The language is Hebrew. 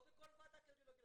לא בכל ועדה קרדיולוג ילדים.